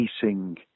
facing